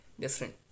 different